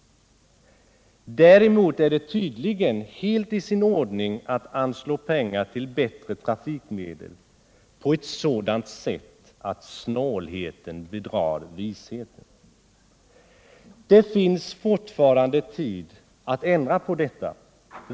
Däremot är det tydligen helt i sin ordning att anslå pengar till bättre trafikmedel på ett sådant sätt att snålheten bedrar visheten. Det finns ännu tid att ändra på detta.